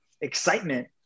excitement